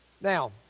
Now